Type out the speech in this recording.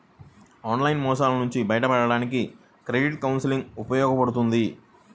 online మోసాల నుంచి బయటపడడానికి క్రెడిట్ కౌన్సిలింగ్ ఉపయోగపడుద్ది